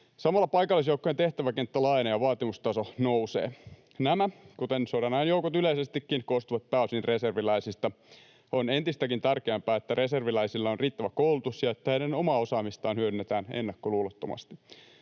Samalla paikallisjoukkojen tehtäväkenttä laajenee ja vaatimustaso nousee. Nämä, kuten sodanajan joukot yleisestikin, koostuvat pääosin reserviläisistä. On entistäkin tärkeämpää, että reserviläisillä on riittävä koulutus ja että heidän omaa osaamistaan hyödynnetään ennakkoluulottomasti.